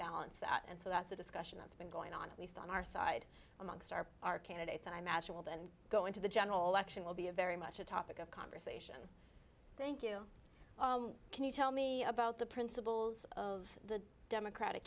balance that and so that's a discussion that's been going on at least on our side amongst our our candidates and i imagine will then go into the general election will be a very much a topic of conversation thank you can you tell me about the principles of the democratic